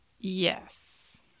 Yes